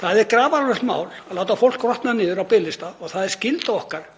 Það er grafalvarlegt mál að láta fólk grotna niður á biðlista og það er skylda okkar